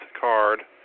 card